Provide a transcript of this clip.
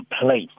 place